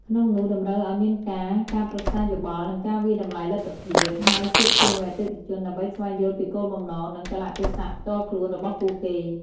ក្នុងនោះតម្រូវឱ្យមានការ ការប្រឹក្សាយោបល់ និងការវាយតម្លៃលទ្ធភាព ហើយជួបជាមួយអតិថិជនដើម្បីស្វែងយល់ពីគោលបំណង និងកាលៈទេសៈផ្ទាល់ខ្លួនរបស់ពួកគេ។